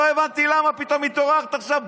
לא הבנתי, למה פתאום התעוררת עכשיו?